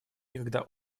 никогда